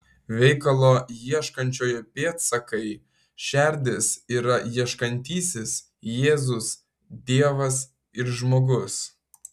veikalo ieškančiojo pėdsakai šerdis yra ieškantysis jėzus dievas ir žmogus